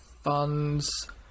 funds